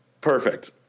Perfect